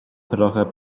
trochę